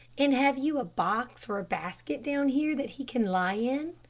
and have you a box or a basket down here that he can lie in?